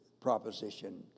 proposition